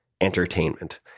entertainment